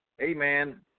amen